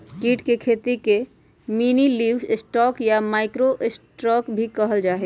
कीट के खेती के मिनीलिवस्टॉक या माइक्रो स्टॉक भी कहल जाहई